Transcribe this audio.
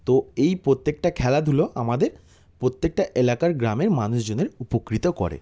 তো এই প্রত্যেকটা খেলাধুলো আমাদের প্রত্যেকটা এলাকার গ্রামের মানুষজনের উপকৃত করে